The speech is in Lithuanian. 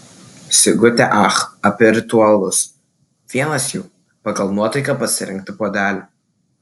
sigutė ach apie ritualus vienas jų pagal nuotaiką pasirinkti puodelį